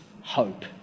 hope